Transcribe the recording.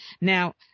Now